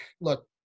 look